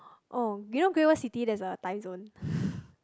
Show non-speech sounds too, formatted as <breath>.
oh you know Great-World-City there's a timezone <breath>